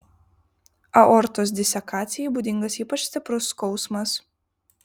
aortos disekacijai būdingas ypač stiprus skausmas